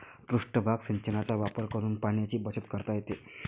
पृष्ठभाग सिंचनाचा वापर करून पाण्याची बचत करता येते